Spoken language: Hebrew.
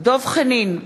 דב חנין,